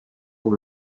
old